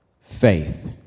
faith